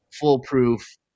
foolproof